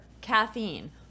caffeine